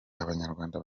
abanyarwanda